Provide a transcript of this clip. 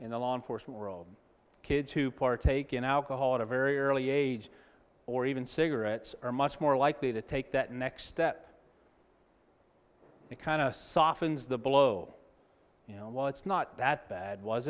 in the law enforcement world kids who partake in alcohol at a very early age or even cigarettes are much more likely to take that next step the kind of softens the blow you know it's not that bad was